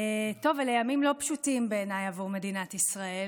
טוב, אלה ימים לא פשוטים בעיניי עבור מדינת ישראל,